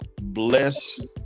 bless